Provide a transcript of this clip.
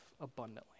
abundantly